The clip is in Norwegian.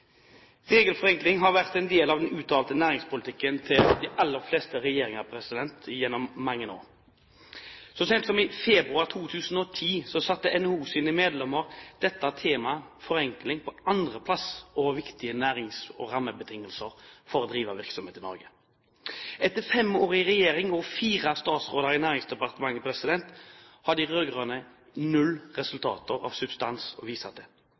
Regelforenkling har vært en del av den uttalte næringspolitikken til de aller fleste regjeringer gjennom mange år. Så sent som i februar 2010 satte NHOs medlemmer dette temaet, forenkling, på andreplass over viktige nærings- og rammebetingelser for å drive virksomhet i Norge. Etter fem år i regjering og fire statsråder i Næringsdepartementet har de rød-grønne null resultater av substans å vise til.